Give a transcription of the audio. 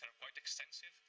um quite extensive,